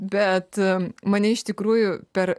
bet mane iš tikrųjų per